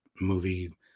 movie